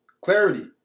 clarity